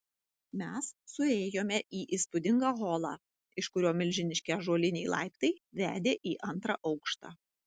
mes suėjome į įspūdingą holą iš kurio milžiniški ąžuoliniai laiptai vedė į antrą aukštą